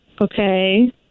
Okay